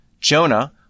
Jonah